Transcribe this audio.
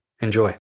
Enjoy